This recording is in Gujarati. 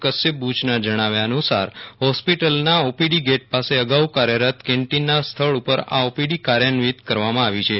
કશ્યપ બુ ચનાં જણાવ્યા અનુ સાર હોસ્પિટલનાં ઓપીડી ગેટ પાસે અગાઉકાર્યરત કેન્ટીનનાં સ્થળ ઉપર આ ઓપીડી કાર્યાન્વિત કરવામાં આવી છે